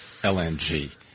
LNG